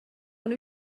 ond